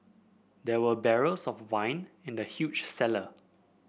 there were barrels of wine in the huge cellar